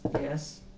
Yes